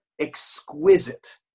exquisite